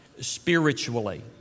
spiritually